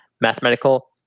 mathematical